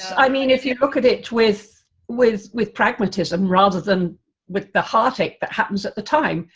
i mean if you look at it with with with pragmatism, rather than with the heartache that happens at the time,